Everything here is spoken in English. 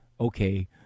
okay